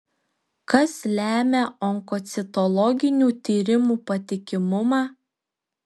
kas lemia onkocitologinių tyrimų patikimumą